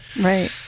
Right